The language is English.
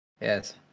Yes